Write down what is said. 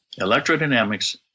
electrodynamics